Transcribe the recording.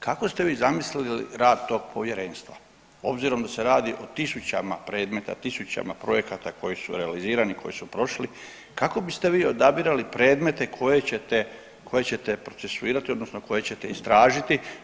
Kako ste vi zamislili rad tog povjerenstva obzirom da se radi o tisućama predmeta, tisućama projekata koji su realizirani koji su prošli, kako biste vi odabirali predmete koje ćete, koje ćete procesuirati odnosno koje ćete istražiti?